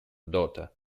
daughter